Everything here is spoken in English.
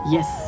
Yes